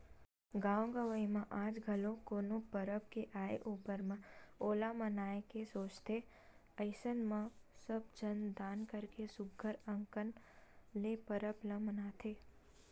गाँव गंवई म आज घलो कोनो परब के आय ऊपर म ओला मनाए के सोचथे अइसन म सब झन दान करके सुग्घर अंकन ले परब ल मनाथे